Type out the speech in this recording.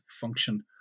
function